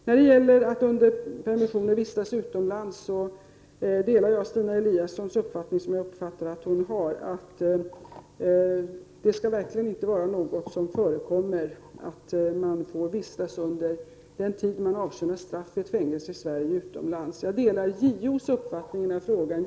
När det gäller att under permission vistas utomlands delar jag den uppfattning som jag uppfattade att Stina Eliasson har: Det skall verkligen inte få förekomma att man får vistas utomlands under den tid man avtjänar ett fängelsestraffi Sverige. Jag delar JOs uppfattning i den frågan.